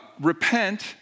Repent